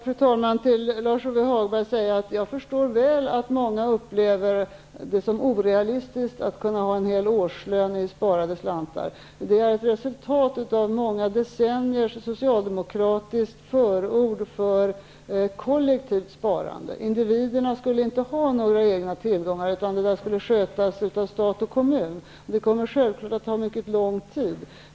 Fru talman! Låt mig till Lars-Ove Hagberg säga att jag mycket väl förstår att många upplever det som orealistiskt att kunna få ihop en hel årslön i sparade slantar. Det är ett resultat av många decenniers socialdemokratiskt förord för kollektivt sparande. Individerna skulle inte ha några egna tillgångar, utan det skulle skötas av stat och kommun. Att ändra på detta kommer självfallet att ta mycket lång tid.